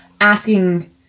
asking